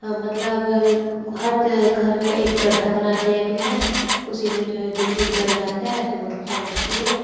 हँ मतलब हर घर में एक गड्ढा बना दिया गया है उसी में जो है दूषित जल जाता है तो मक्खियाँ लगती हैं